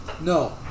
No